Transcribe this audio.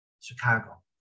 Chicago